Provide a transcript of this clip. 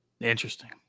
Interesting